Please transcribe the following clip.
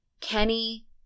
Kenny